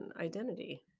identity